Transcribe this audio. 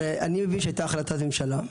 הרי אני מבין שאת הייתה החלטת ממשלה,